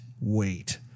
wait